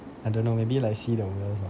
I don't know maybe like see the whales lah